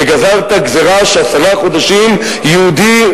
וגזרת גזירה שעשרה חודשים יהודי,